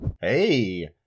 Hey